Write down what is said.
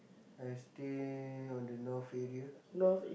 I stay on the North area